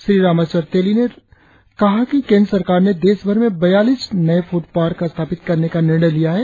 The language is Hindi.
श्री रामेश्वर तेली ने कहा कि केंद्र सरकार ने देश भर में बयालीस नए फुड पार्क स्थापित करने का निर्णय लिया है